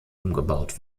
umgebaut